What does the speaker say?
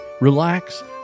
relax